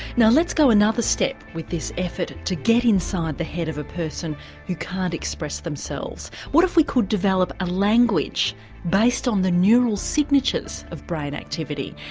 now let's go another step with this effort to get inside the head of a person who can't express themselves. what if we could develop a language based on the neural signatures of brain activity?